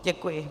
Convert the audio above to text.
Děkuji.